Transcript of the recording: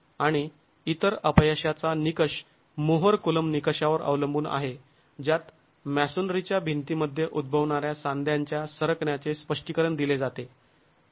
आणि इतर अपयशाचा निकष मोहर कुलोंब निकषावर अवलंबून आहे ज्यात मॅसोनरीच्या भिंतीमध्ये उद्भवणाऱ्या सांध्यांच्या सरकण्याचे स्पष्टीकरण दिले जाते